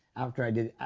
after i did.